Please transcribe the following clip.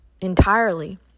entirely